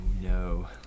no